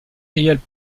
réelles